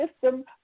system